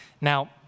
Now